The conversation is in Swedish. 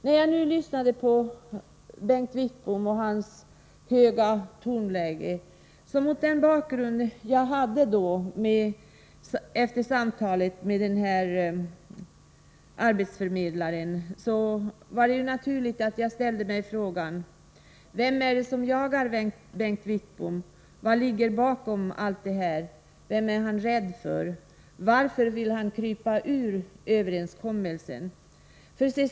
När jag nu lyssnade till Bengt Wittbom och hörde hans höga tonläge var det naturligt att jag mot bakgrund av mitt samtal med arbetsförmedlaren frågade mig: Vem är det som jagar Bengt Wittbom? Vad ligger bakom allt det här? Vem är Bengt Wittbom rädd för? Varför vill han krypa ur överenskommelsen?